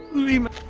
leeman